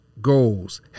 goals